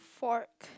fork